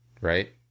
right